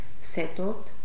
settled